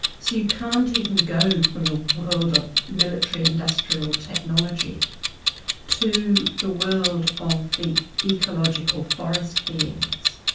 so you can't even go from the world of military industrial technology to the world of the ecological forest beings,